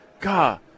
God –